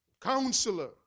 counselor